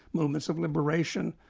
movements of liberation,